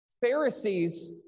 Pharisees